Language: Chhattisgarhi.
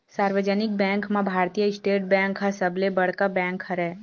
सार्वजनिक बेंक म भारतीय स्टेट बेंक ह सबले बड़का बेंक हरय